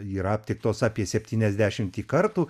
yra aptiktos apie septyniasdešimtį kartų